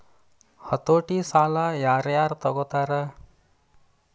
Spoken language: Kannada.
ಹತೋಟಿ ಸಾಲಾ ಯಾರ್ ಯಾರ್ ತಗೊತಾರ?